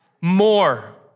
More